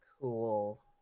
Cool